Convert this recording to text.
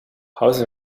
house